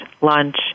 lunch